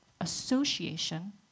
association